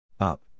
up